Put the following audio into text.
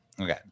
Okay